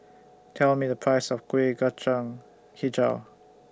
Tell Me The Price of Kueh Kacang Hijau